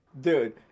dude